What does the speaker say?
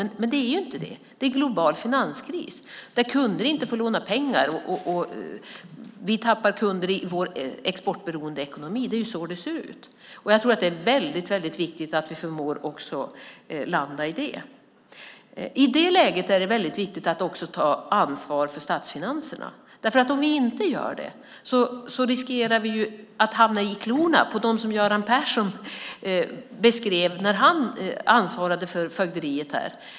Men det är ju inte det, utan det är en global finanskris där kunder inte får låna pengar och vi tappar kunder i vår exportberoende ekonomi. Det är så det ser ut. Jag tror att det är väldigt viktigt att vi förmår att också landa i det. I det läget är det väldigt viktigt att ta ansvar för statsfinanserna. Om vi inte gör det riskerar vi att hamna i klorna på dem som Göran Persson beskrev när han ansvarade för fögderiet här.